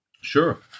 Sure